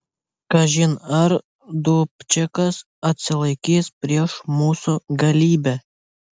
kažin ar dubčekas atsilaikys prieš mūsų galybę